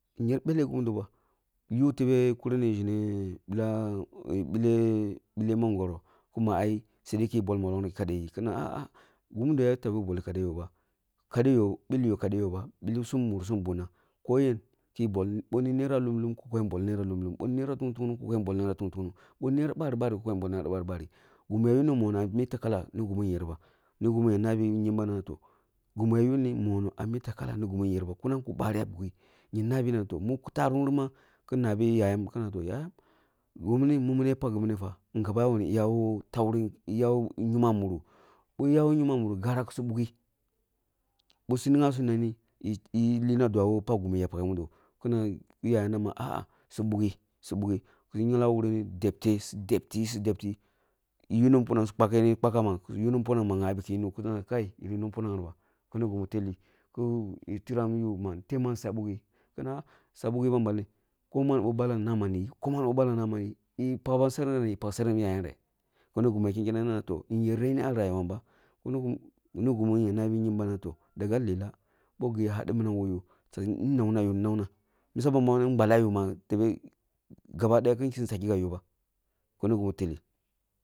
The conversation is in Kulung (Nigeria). Yer belleh gimidba yuh tebe kurni zeneh billah billah billah ngun mangoro kuma ai sede ki bol mollongri kade yi kanana ah ah munmudo ya tabi bol kade yoh ba, bilyo kade yoh ba, bisum mursum bunna. Ko yen bisa bol bini naira lum lum kusu bol naira lum lum, bini naira tungnung tungnung ki koyen bol naira tungnung tungnung bīni naira bari bari ki koyen bol naira bari bari gimi ya yuni monoh mih takkala ni gimu yerba ni gemu ya nabi kyembam nan yerba yah nabi mu tarum ni ma kin nabi yayam na toh, yaya bow mini mumuni ya pak gimnifa, eh ya woh takrin kai ya wo yuma muruk bi yawo yumma muruk. Gara kusu buki bosum nigha sum bugi nomini yira lina dwa ko gimi ya pare mudo ko yayamri nama subuki subuki kusu tela wuri nì debte su debtiyi su dentiyi yi yinu mufunan su kpakiyi ni kpakka mah sun yuni mufunana makyabi kini su kpakiyi ni kpakka mah kisu mini gyabi kini gimi tiram yu ma teb man suya buki? Kina ah suya buki ba maleng ko man ba ballsa nama niyi koman namaniyi nīyi pakman serengre ni pak sereng ni yayamreh? Mini ni gimi ya kenkenneh yer reni ah rayuwamba kunu gimi ya nabi kyembam na toh, daga lelah bogi hadi minang woh yoh ya nawniyi ni nauna misa bami mogho yeri gballah yoh ma tebe gaba daya kin din saki gab yoh ba kini gimin telli.